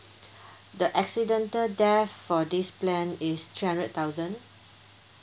the accidental death for this plan is three hundred thousand